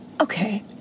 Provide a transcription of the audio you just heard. Okay